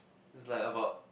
it's like about